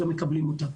גם מקבלים אותן.